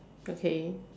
okay